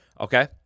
Okay